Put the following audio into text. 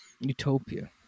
Utopia